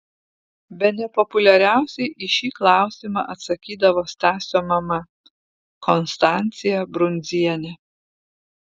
bene populiariausiai į šį klausimą atsakydavo stasio mama konstancija brundzienė